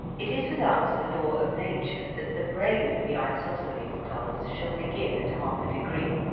it is with us a law of nature that the brain of the isosceles class shall begin at half a degree,